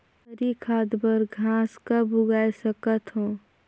हरी खाद बर घास कब उगाय सकत हो?